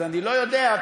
אז אני לא יודע,